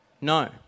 No